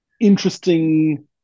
interesting